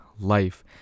life